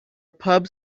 pub